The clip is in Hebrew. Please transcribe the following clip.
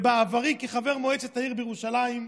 בעברי הייתי חבר מועצת העיר בירושלים,